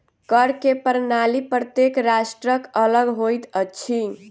कर के प्रणाली प्रत्येक राष्ट्रक अलग होइत अछि